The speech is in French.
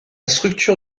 structure